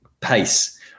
pace